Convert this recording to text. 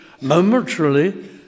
momentarily